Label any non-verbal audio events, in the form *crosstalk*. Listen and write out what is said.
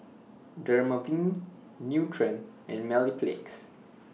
Dermaveen Nutren and *unintelligible*